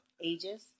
Ages